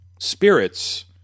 Spirits